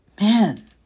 man